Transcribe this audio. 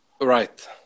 right